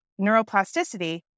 neuroplasticity